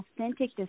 authentic